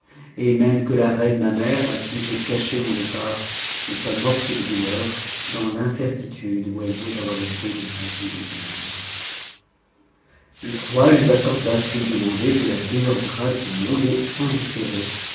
et même que ia reine ma mère j'ai caché mon départ ne soit morte de douleur dans l'incertitude i elle doit avoir été de ma vie ou de ma mort le roi lui accorda ce qu'il demandait de la meilleure grâce du monde s différer